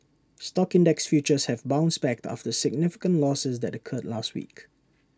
stock index futures have bounced back after significant losses that occurred last week